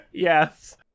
Yes